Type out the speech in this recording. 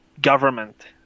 government